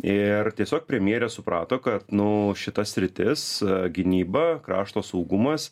ir tiesiog premjerė suprato kad nu šita sritis gynyba krašto saugumas